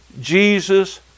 Jesus